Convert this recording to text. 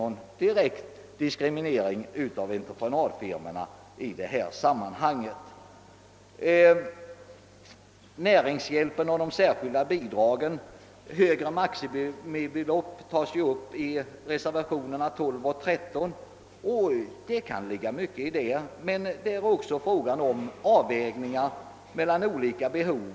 De siffrorna visar att entreprenadfirmorna inte precis är utsatta för någon diskriminering. I reservationerna 12 och 13 krävs högre maximibelopp för näringshjälp. Även här är det fråga om avvägningar mellan olika behov.